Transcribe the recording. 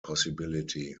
possibility